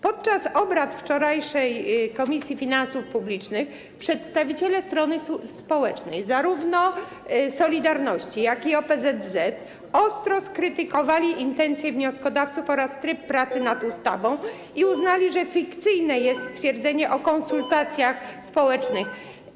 Podczas wczorajszych obrad Komisji Finansów Publicznych przedstawiciele strony społecznej, zarówno „Solidarności”, jak i OPZZ, ostro skrytykowali intencje wnioskodawców oraz tryb pracy nad ustawą i uznali, że fikcyjne jest stwierdzenie o konsultacjach społecznych.